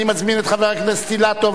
אני מזמין את חבר הכנסת רוברט אילטוב